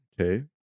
okay